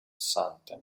sante